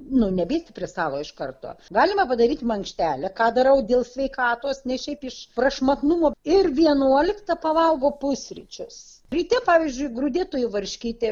nu nebėgti prie stalo iš karto galima padaryti makštelę ką darau dėl sveikatos ne šiaip iš prašmatnumo ir vienuoliktą pavalgo pusryčius ryte pavyzdžiui grūdėtoji varškytė